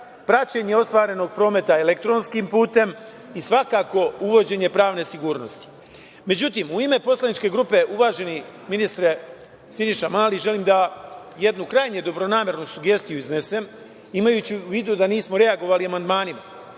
praćenje ostvarenog prometa elektronskim putem i svakako uvođenje pravne sigurnosti.Međutim, u ime poslaničke grupe, uvaženi ministre Mali, želim da jednu krajnje dobronamernu sugestiju iznesem, imajući u vidu da nismo reagovali amandmanima.